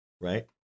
right